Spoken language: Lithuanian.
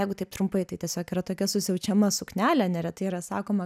jeigu taip trumpai tai tiesiog yra tokia susiaučiama suknelė neretai yra sakoma